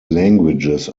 languages